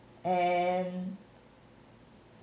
and